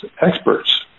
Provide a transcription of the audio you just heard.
experts